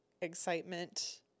excitement